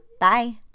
Bye